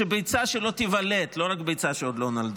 על ביצה שלא תיוולד, לא רק ביצה שעוד לא נולדה.